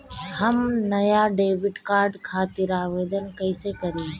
हम नया debit card खातिर आवेदन कईसे करी?